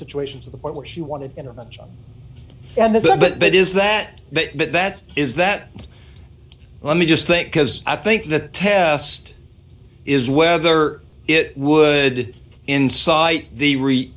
situation to the point where she wanted intervention and the but is that but that's is that let me just think because i think the test is whether it would incite the